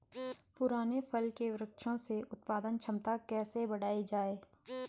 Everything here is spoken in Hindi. पुराने फल के वृक्षों से उत्पादन क्षमता कैसे बढ़ायी जाए?